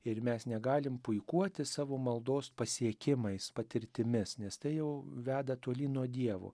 ir mes negalim puikuotis savo maldos pasiekimais patirtimis nes tai jau veda tolyn nuo dievo